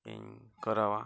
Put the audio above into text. ᱤᱧ ᱠᱚᱨᱟᱣᱟ